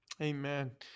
Amen